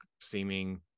seeming